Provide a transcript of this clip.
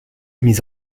mis